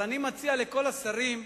אבל אני מציע לכל השרים,